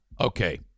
okay